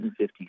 150